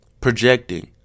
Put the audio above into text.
projecting